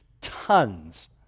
tons